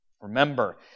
Remember